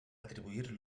atribuir